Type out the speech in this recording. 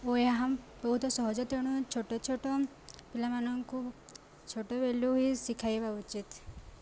ଓ ଏହା ବହୁତ ସହଜ ତେଣୁ ଛୋଟ ଛୋଟ ପିଲାମାନଙ୍କୁ ଛୋଟବେଳୁ ହିଁ ଶିଖାଇବା ଉଚିତ